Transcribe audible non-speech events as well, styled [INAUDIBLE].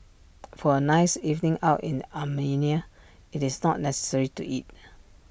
[NOISE] for A nice evening out in Armenia IT is not necessary to eat